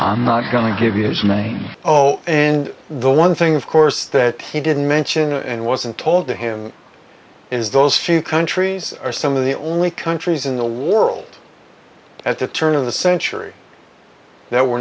i'm not going to give you his name oh and the one thing of course that he didn't mention it wasn't told to him is those few countries or some of the only countries in the world at the turn of the century that were